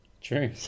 True